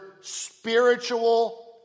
spiritual